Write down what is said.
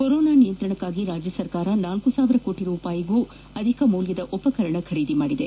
corona ನಿಯಂತ್ರಣಕ್ಕಾಗಿ ರಾಜ್ಯ ಸರ್ಕಾರ ಳ ಸಾವಿರ ಕೋಟಿ ರೂಪಾಯಿಗೂ ಅಧಿಕ ಮೌಲ್ಯದ ಉಪಕರಣಗಳನ್ನು ಖರೀದಿ ಮಾಡಿದೆ